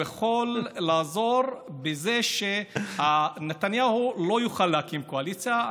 הוא יוכל לעזור בזה שנתניהו לא יוכל להקים קואליציה.